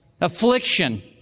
affliction